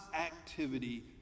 activity